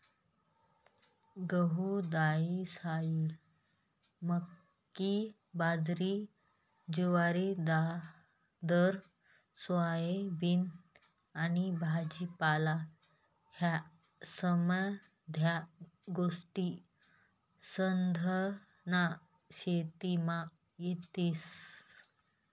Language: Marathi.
गहू, दायीसायी, मक्की, बाजरी, जुवार, दादर, सोयाबीन आनी भाजीपाला ह्या समद्या गोष्टी सधन शेतीमा येतीस